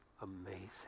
amazing